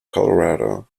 colorado